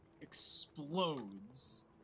explodes